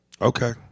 Okay